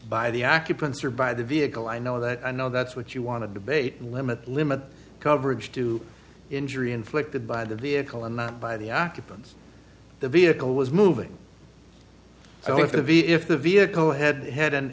by the occupants are by the vehicle i know that i know that's what you want to debate limit limit coverage to injury inflicted by the vehicle and not by the occupants the vehicle was moving so if the v if the vehicle had head